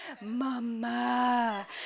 mama